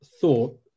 thought